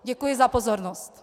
Děkuji za pozornost.